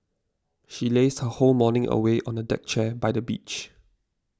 she lazed her whole morning away on a deck chair by the beach